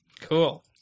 Cool